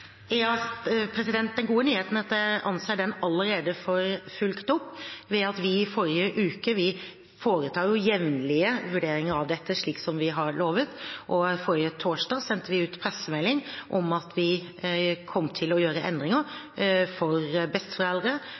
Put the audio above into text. Den gode nyheten er at jeg anser den allerede for fulgt opp. Vi foretar jo jevnlige vurderinger av dette, slik som vi har lovet, og forrige torsdag sendte vi ut pressemelding om at vi kom til å gjøre endringer for besteforeldre